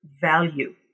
value